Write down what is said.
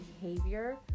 behavior